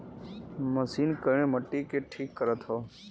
machine करेड़ मट्टी के ठीक करत हौ